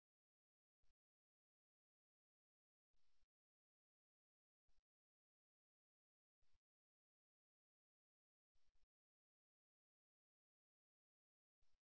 இது எனது கலந்துரையாடலில் சேர்க்கப்படவில்லை இருப்பினும் பங்கேற்பாளர்களுக்கு இது பரிந்துரைக்கப்படுகிறது